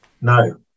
No